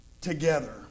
together